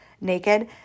naked